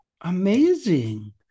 Amazing